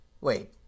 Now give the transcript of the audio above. Wait